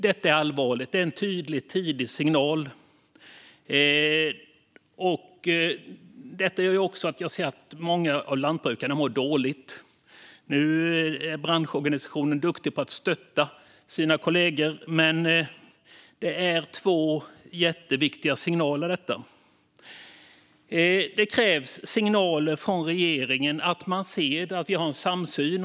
Detta är allvarligt och en tydlig, tidig signal, och det gör också att många lantbrukare mår dåligt. I branschorganisationen är man duktig på att stötta sina kollegor, men detta är ändå två viktiga signaler. Det krävs nu signaler från regeringen att vi har en samsyn.